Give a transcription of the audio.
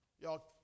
y'all